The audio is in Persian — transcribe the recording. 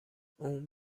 اون